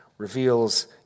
reveals